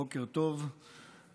בוקר טוב ליושבת-ראש,